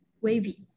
Wavy